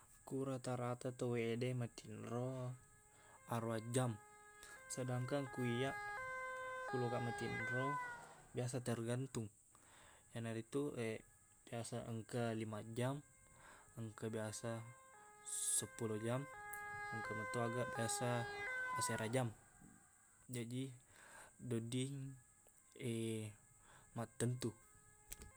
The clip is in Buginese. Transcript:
Ku rata-rata tauwede matinro aruwaq jam sedangkang ku iyaq ku lokaq matinro biasa tergantung iyanaritu biasa engka limaq jang engka biasa seppulo jang engka meto aga biasa asera jang jaji deq wedding mattentu